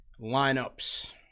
lineups